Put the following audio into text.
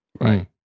right